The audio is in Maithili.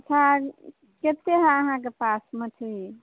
हँ कतेक हय अहाँकेँ पास मछली